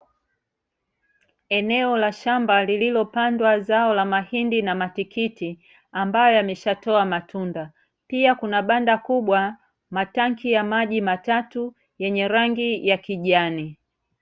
Eneo la shamba lililopandwa zao la mahindi na matikiti ambayo yameshatoa matunda, pia kuna banda kubwa, matanki ya maji matatu yenye rangi ya kijani.